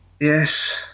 Yes